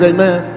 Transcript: Amen